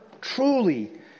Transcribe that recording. truly